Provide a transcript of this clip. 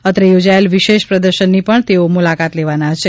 અત્રે યોજાયેલા વિશેષ પ્રદર્શનની પણ તેઓ મુલાકાત લેવાના છે